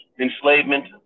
enslavement